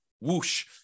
Whoosh